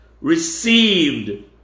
received